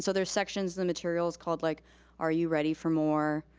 so there's sections in the materials called like are you ready for more,